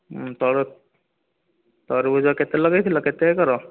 ତୋର ତରଭୁଜ କେତେ ଲଗାଇଥିଲ କେତେ ଏକର